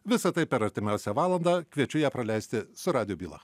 visa tai per artimiausią valandą kviečiu ją praleisti su radijo byla